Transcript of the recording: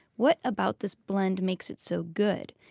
what about this blend makes it so good?